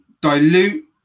dilute